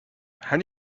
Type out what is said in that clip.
how